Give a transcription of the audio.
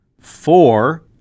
Four